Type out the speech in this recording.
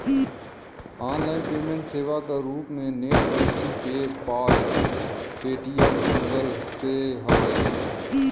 online payment सेवा क रूप में net banking PayPal, Paytm, Google Pay हउवे